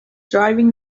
driving